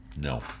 No